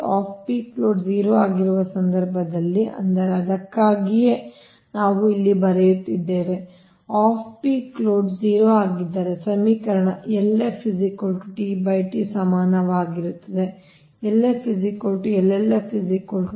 of peak load 0 ಆಗಿರುವ ಸಂದರ್ಭದಲ್ಲಿ ಅಂದರೆ ಅದಕ್ಕಾಗಿಯೇ ನಾವು ಇಲ್ಲಿ ಬರೆಯುತ್ತಿದ್ದೇವೆ ಆದ್ದರಿಂದ ಆಫ್ ಪೀಕ್ ಲೋಡ್ 0 ಆಗಿದ್ದರೆ ಸಮೀಕರಣ ಸಮಾನವಾಗಿರುತ್ತದೆ ಎಂದು ಸಮೀಕರಣ 25 ರಿಂದ ಪಡೆಯುತ್ತದೆ